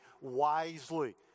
wisely